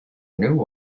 new